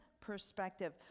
perspective